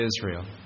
Israel